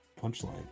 Punchline